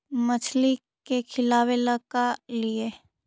मछली के खिलाबे ल का लिअइ?